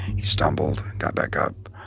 he stumbled, got back up,